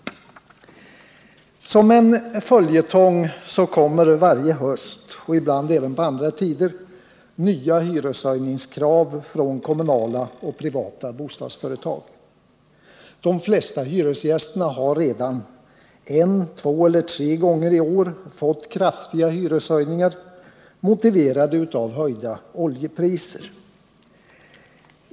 Som en följetong kommer varje höst, och ibland även vid andra tider, nya hyreshöjningskrav från kommunala och privata bostadsföretag. De flesta hyresgästerna har redan en, två eller tre gånger i år fått kraftiga hyreshöjningar, motiverade av höjda oljepriser.